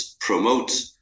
promote